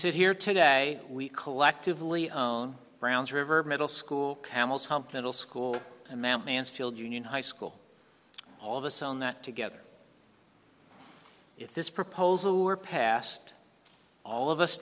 sit here today we collectively own browns river middle school camel's hump dental school and mount mansfield union high school all of us on that together if this proposal were passed all of us